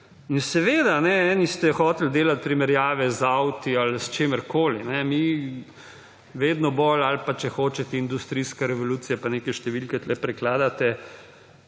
In, seveda, eni ste hoteli delati primerjave z avti ali s čimerkoli ali pa, če hočete, industrijsko revolucijo, pa neke številke tu prekladate.